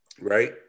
Right